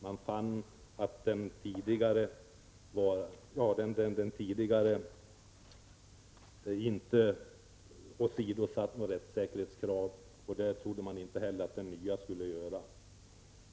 Man fann att den tidigare klausulen inte åsidosatte några rättssäkerhetskrav, och det ansåg man att inte heller den nya skulle göra.